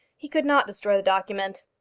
he could not destroy the document.